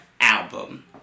Album